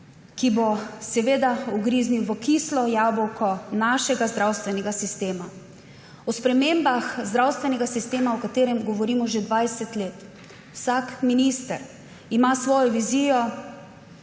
ki bo ugriznil v kislo jabolko našega zdravstvenega sistema. O spremembah zdravstvenega sistema govorimo že 20 let, vsak minister ima svojo vizijo,